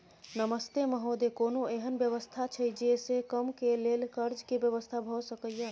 नमस्ते महोदय, कोनो एहन व्यवस्था छै जे से कम के लेल कर्ज के व्यवस्था भ सके ये?